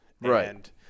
Right